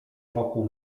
wokół